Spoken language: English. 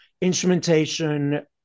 instrumentation